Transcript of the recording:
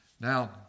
Now